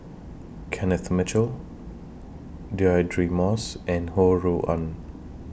Kenneth Mitchell Deirdre Moss and Ho Rui An